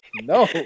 No